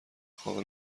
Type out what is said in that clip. خواب